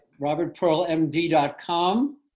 robertpearlmd.com